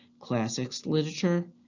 classics literature,